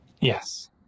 Yes